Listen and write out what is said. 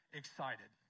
excited